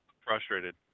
frustrated